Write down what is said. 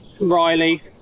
Riley